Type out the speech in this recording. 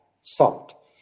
SALT